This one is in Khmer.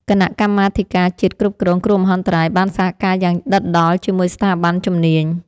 គណៈកម្មាធិការជាតិគ្រប់គ្រងគ្រោះមហន្តរាយបានសហការយ៉ាងដិតដល់ជាមួយស្ថាប័នជំនាញ។